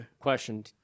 Question